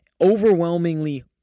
Overwhelmingly